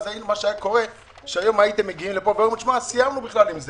אז הייתם מגיעים לכאן ואומרים סיימנו עם זה.